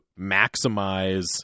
maximize